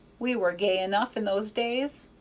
we were gay enough in those days.